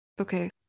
Okay